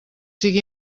sigui